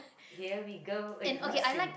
here we go I do not sing